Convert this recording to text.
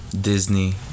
Disney